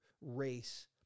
race